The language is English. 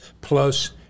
plus